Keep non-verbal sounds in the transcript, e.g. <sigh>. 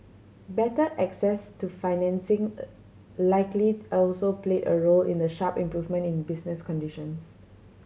better access to financing <hesitation> likely also played a role in the sharp improvement in business conditions